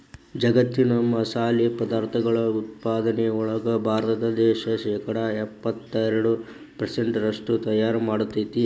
ಜಗ್ಗತ್ತಿನ ಮಸಾಲಿ ಪದಾರ್ಥಗಳ ಉತ್ಪಾದನೆಯೊಳಗ ಭಾರತ ದೇಶ ಶೇಕಡಾ ಎಪ್ಪತ್ತೆರಡು ಪೆರ್ಸೆಂಟ್ನಷ್ಟು ತಯಾರ್ ಮಾಡ್ತೆತಿ